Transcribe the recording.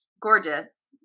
Gorgeous